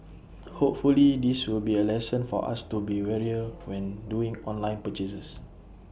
hopefully this will be A lesson for us to be warier when doing online purchases